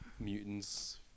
mutants